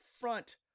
front